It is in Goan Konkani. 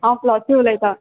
हांव फ्लोसी उलयतां